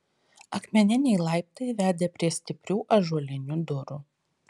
akmeniniai laiptai vedė prie stiprių ąžuolinių durų